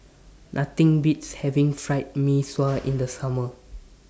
Nothing Beats having Fried Mee Sua in The Summer